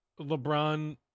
lebron